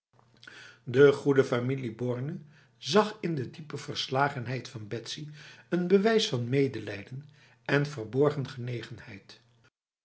de goede familie borne zag in de diepe verslagenheid van betsy een bewijs van medelijden en verborgen genegenheid